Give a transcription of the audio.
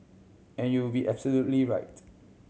and you would be right